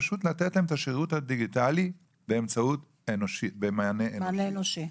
פשוט לתת להם את השירות הדיגיטלי באמצעות מענה אנושי.